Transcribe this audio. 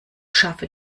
schaffe